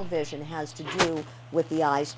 a vision has to do with the eyes